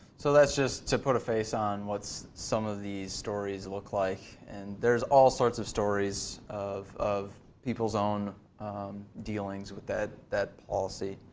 so that's just to put a face on what some of these stories look like. and there's all sorts of stories of of people's own dealings with that that policy.